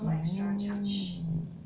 oh